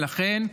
ולכן,